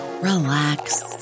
relax